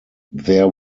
there